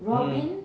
mm